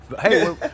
Hey